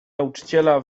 nauczyciela